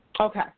Okay